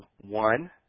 one